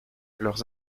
leurs